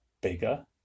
bigger